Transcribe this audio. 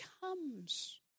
comes